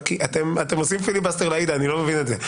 אתם עושים פיליבסטר לעאידה, אני לא מבין את זה.